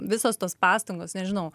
visos tos pastangos nežinau